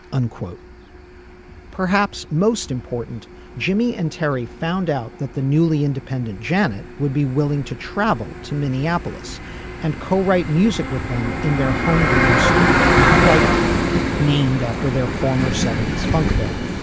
unquote perhaps most important jimmy and terry found out that the newly independent janet would be willing to travel to minneapolis and co write music with them in their homegrown studio flight time named after their former seventy s funk band.